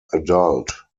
adult